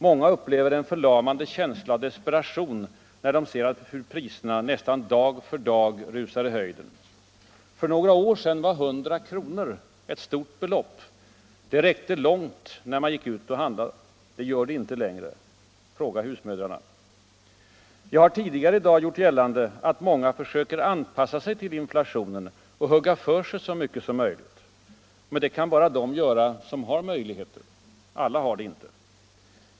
Många upplever en förlamande känsla av desperation när de ser hur priserna nästan dag för dag rusar i höjden. För några år sedan var 100 kr. ett stort belopp. Då räckte det långt när man gick ut och handlade. Det gör det inte längre. Fråga husmödrarna! Jag har tidigare i dag gjort gällande att många försöker anpassa sig till inflationen och hugga för sig så mycket som möjligt. Men det kan bara de göra som har möjligheter. Alla har det inte.